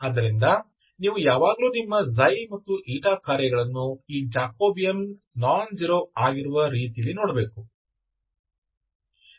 ಆದ್ದರಿಂದ ನೀವು ಯಾವಾಗಲೂ ನಿಮ್ಮ ξ ಮತ್ತು η ಕಾರ್ಯಗಳನ್ನು ಈ ಜಾಕೋಬಿಯನ್ ನಾನ್ ಜೀರೋ ಆಗಿರುವ ರೀತಿಯಲ್ಲಿ ನೋಡಬೇಕು